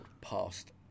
past